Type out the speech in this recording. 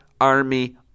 Army